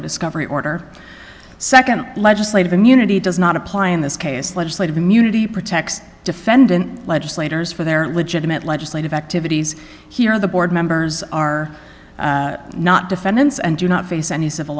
over discovery order second legislative immunity does not apply in this case legislative immunity protects the defendant legislators for their legitimate legislative activities here the board members are not defendants and do not face any civil